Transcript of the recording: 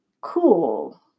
Cool